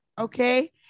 okay